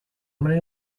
many